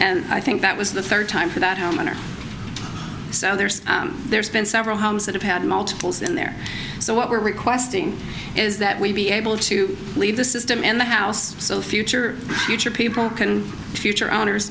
and i think that was the third time for that homeowner so there's there's been several homes that have had multiples in there so what we're requesting is that we be able to leave the system in the house so future future people can future owners